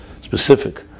specific